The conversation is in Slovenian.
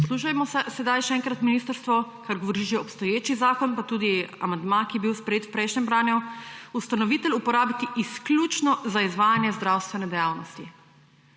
poslušajmo sedaj še enkrat, ministrstvo, kar govori že obstoječi zakon, pa tudi amandma, ki je bil sprejet v prejšnjem branju, ustanovitelj uporabiti izključno za izvajanje zdravstvene dejavnosti.